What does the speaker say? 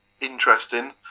Interesting